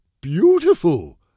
beautiful